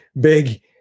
big